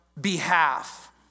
behalf